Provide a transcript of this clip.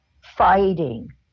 fighting